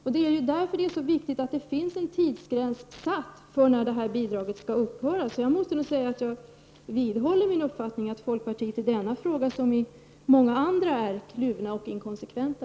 Det är av den anledningen som det är så viktigt att det finns en tidsgräns satt för när detta bidrag skall upphöra. Jag vidhåller alltså min uppfattning att folkpartisterna i denna fråga, som i många andra frågor, är kluvna och inkonsekventa.